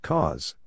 Cause